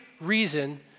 reason